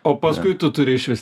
o paskui tu turi išvis